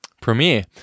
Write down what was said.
Premiere